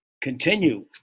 continue